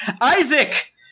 Isaac